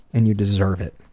and you deserve it.